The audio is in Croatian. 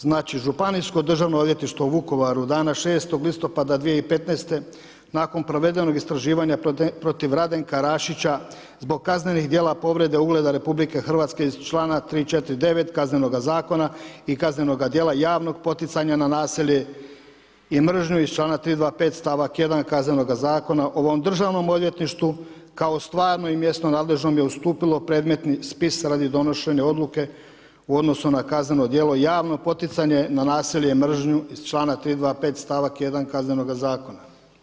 Znači, Županijsko državno odvjetništvo u Vukovaru, dana 6. listopada 2015., nakon provedenog istraživanja protiv Radenka Rašića zbog kaznenih dijela povrede ugleda Republike Hrvatske iz člana 349., Kaznenoga zakona i kaznenoga dijela javnog poticanja na nasilje i mržnju iz člana 325., stavak 1., Kaznenoga zakona o ovom Državnom odvjetništvu kao stvarno i mjesno nadležnom je ustupilo predmetni spis radi donošenja Odluke u odnosu na kazneno djelo javno poticanje na nasilje i mržnju iz člana 325., stavak 1., Kaznenoga zakona.